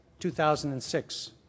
2006